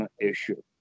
issue